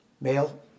male